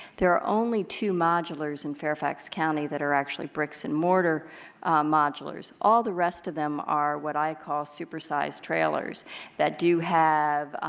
there are only two modulars in fairfax county that are actually bricks and mortar modulars. all the rest of them are what i call super sized trailers that do have